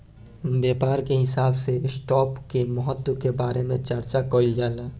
व्यापार के हिसाब से स्टॉप के महत्व के बारे में चार्चा कईल जाला